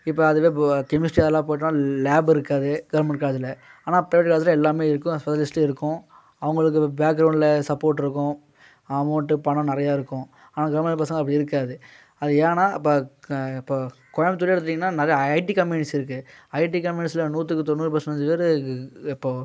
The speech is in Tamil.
இப்போ அதுவே இப்ப கெமிஸ்ட்ரி அதெலாம் போட்டால் லேப் இருக்காது கவுர்மெண்ட் காலேஜீல் ஆனால் ப்ரைவேட் காலேஜீல் எல்லாமே இருக்கும் ஸ்பெஷலிஸ்ட்டும் இருக்கும் அவங்களுக்கு பேக் கிரௌண்டில் சப்போர்ட் இருக்கும் அமௌண்ட்டு பணம் நிறையா இருக்கும் ஆனால் கவுர்மெண்ட் பசங்க அப்படி இருக்காது அது ஏன்னால் அப்போ இப்போ கோயபுத்தூரே எடுத்துட்டீங்கன்னா நிறைய ஐடி கம்பெனிஸ் இருக்குது ஐடி கம்பெனிஸில் நூற்றுக்கு தொண்ணூறு பெர்சண்டேஜ் பேர் இப்போது